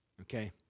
Okay